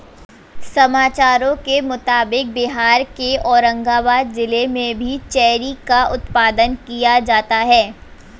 समाचारों के मुताबिक बिहार के औरंगाबाद जिला में भी चेरी का उत्पादन किया जा रहा है